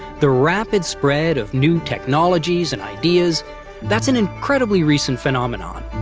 the rapid spread of new technologies and ideas that's an incredibly recent phenomenon.